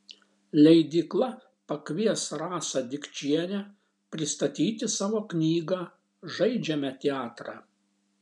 leidykla pakvies rasą dikčienę pristatyti savo knygą žaidžiame teatrą